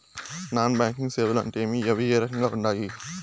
non banking సేవలు అంటే ఏమి అవి ఏ రకంగా ఉండాయి